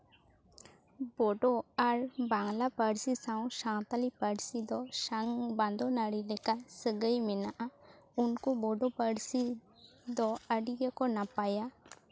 ᱵᱳᱰᱳ ᱟᱨ ᱵᱟᱝᱞᱟ ᱯᱟᱹᱨᱥᱤ ᱥᱟᱶ ᱥᱟᱶᱛᱟᱞᱤ ᱯᱟᱹᱨᱥᱤ ᱫᱚ ᱥᱟᱝ ᱵᱟᱸᱫᱳ ᱱᱟᱹᱲᱤ ᱞᱮᱠᱟ ᱥᱟᱹᱜᱟᱹᱭ ᱢᱮᱱᱟᱜᱼᱟ ᱩᱱᱠᱩ ᱵᱳᱰᱳ ᱯᱟᱹᱨᱥᱤ ᱫᱚ ᱟᱹᱰᱤ ᱜᱮᱠᱚ ᱱᱟᱯᱟᱭᱟ